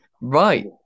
right